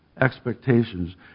expectations